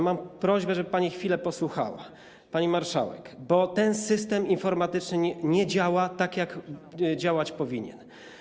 Mam prośbę, żeby pani chwilę posłuchała, pani marszałek, bo ten system informatyczny nie działa tak, jak działać powinien.